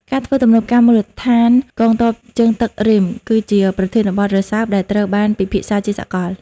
ការធ្វើទំនើបកម្មមូលដ្ឋានកងទ័ពជើងទឹក Ream គឺជាប្រធានបទរសើបដែលត្រូវបានពិភាក្សាជាសកល។